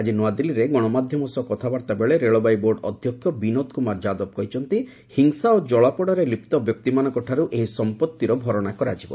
ଆଜି ନୂଆଦିଲ୍ଲୀରେ ଗଣମାଧ୍ୟମ ସହ କଥାବାର୍ତ୍ତା ବେଳେ ରେଳବାଇ ବୋର୍ଡ ଅଧ୍ୟକ୍ଷ ବିନୋଦ କୁମାର ୟାଦବ କହିଛନ୍ତି ହିଂସା ଓ ଜଳାପୋଡ଼ାରେ ଲିପ୍ତ ବ୍ୟକ୍ତିମାନଙ୍କଠାରୁ ଏହି ସମ୍ପଭିର ଭରଣା କରାଯିବ